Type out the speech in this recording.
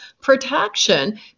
protection